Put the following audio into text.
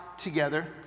together